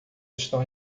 estão